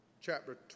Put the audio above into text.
Chapter